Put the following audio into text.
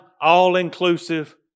all-inclusive